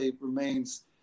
remains